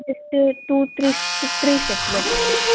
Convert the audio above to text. just two three two three steps పెట్టండి